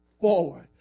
forward